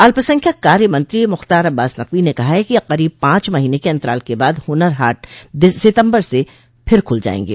अल्पसंख्यक कार्य मंत्री मुख्तार अब्बास नकवी ने कहा है कि करीब पांच महीने के अंतराल के बाद हुनर हाट सितम्बर से फिर खुल जायेंगे